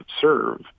serve